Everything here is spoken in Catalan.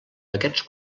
aquests